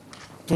בבקשה, אדוני.